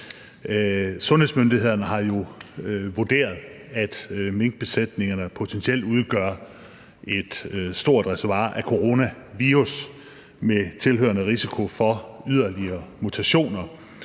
Sundhedsmyndighederne har jo vurderet, at minkbesætningerne potentielt udgør et stort reservoir af coronavirus med tilhørende risiko for yderligere mutationer,